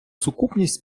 сукупність